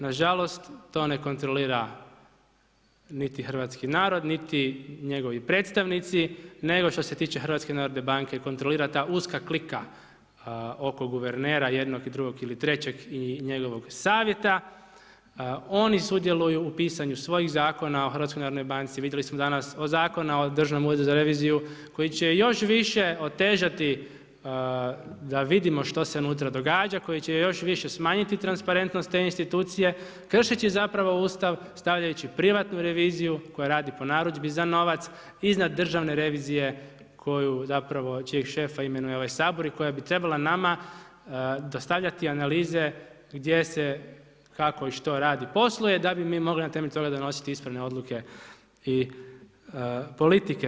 Nažalost to ne kontrolira niti hrvatski narod, niti njegovi predstavnici, nego što se tiče HNB kontrolira ta uska klika, oko guvernera jednog i drugog i trećeg i njegovog savjeta, oni sudjeluju u pisanju svojih zakona o HNB, vidjeli smo danas, o Zakonu za Državnom uredu za reviziju, koji će još više otežati da vidimo što se unutra događa, koji će još više smanjiti transparentnost te institucije, kršeći zapravo Ustav, stavljajući privatnu reviziju, koja radi po narudžbi za novac, iznad Državne revizije, koju zapravo, čijeg šefa imenuje ovaj Sabor i koja bi trebala nama dostavljati analize gdje se kako i što radi, posluje, da bi mi mogli na temelju toga donositi ispravne odluke i politike.